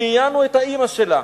ראיינו את האמא שלה,